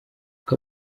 uko